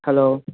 hello